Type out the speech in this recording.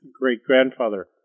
great-grandfather